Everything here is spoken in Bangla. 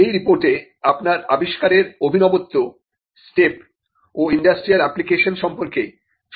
এই রিপোর্টে আপনার আবিষ্কারের অভিনবত্ব স্টেপ ও ইন্ডাস্ট্রিয়াল অ্যাপ্লিকেশন সম্পর্কে সংক্ষিপ্ত বিবরণ থাকবে